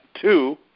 Two